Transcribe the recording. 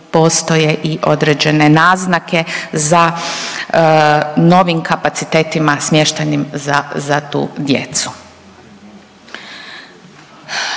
i određene naznake za novim kapacitetima smještajnim za tu djecu.